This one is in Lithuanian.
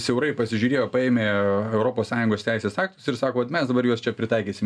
siaurai pasižiūrėjo paėmė europos sąjungos teisės aktus ir sako vat mes dabar juos čia pritaikysim